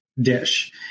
dish